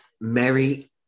Mary